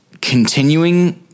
continuing